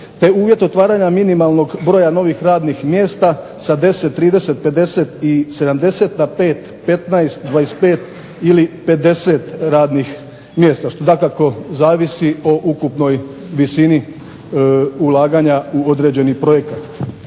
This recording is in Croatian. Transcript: te uvjet otvaranja minimalnog broja novih radnih mjesta, sa 10, 30, 50 i 70 na 5, 15, 25 ili 50 radnih mjesta, što dakako zavisi o ukupnoj visini ulaganja u određeni projekat.